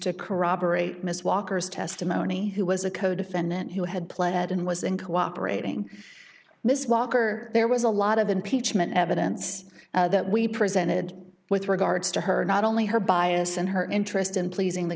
to corroborate miss walker's testimony who was a codefendant who had pled and was in cooperating miss walker there was a lot of impeachment evidence that we presented with regards to her not only her bias and her interest in pleasing the